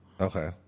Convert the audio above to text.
Okay